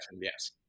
yes